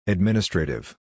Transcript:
Administrative